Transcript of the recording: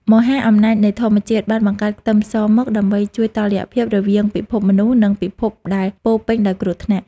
មហាអំណាចនៃធម្មជាតិបានបង្កើតខ្ទឹមសមកដើម្បីជួយតុល្យភាពរវាងពិភពមនុស្សនិងពិភពដែលពោរពេញដោយគ្រោះថ្នាក់។